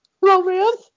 Romance